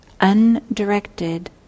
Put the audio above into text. undirected